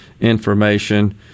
information